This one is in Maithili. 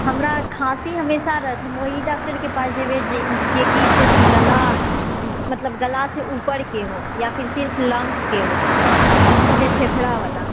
हमरा खाँसी हमेशा रहत हम ओहि डॉक्टर के पास जेबै जेकि सिर्फ गला मतलब गला से ऊपर के हो या फिर सिर्फ लंग्स के हो सिर्फ फेफड़ा वाला